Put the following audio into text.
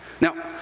Now